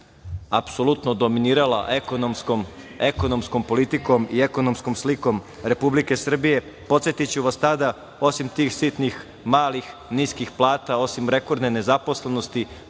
apsolutno dominirala ekonomskom politikom i ekonomskom slikom Republike Srbije. Podsetiću vas, tada osim tih sitnih, malih, niskih plata, osim rekordne nezaposlenosti